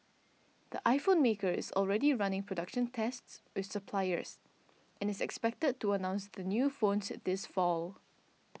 the iPhone maker is already running production tests with suppliers and is expected to announce the new phones at this fall